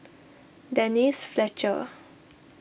Denise Fletcher